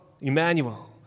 Emmanuel